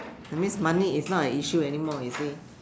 that means money is not an issue anymore you see